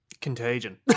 Contagion